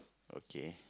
okay